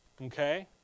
Okay